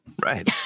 Right